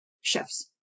chefs